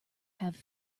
have